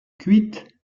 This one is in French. cuite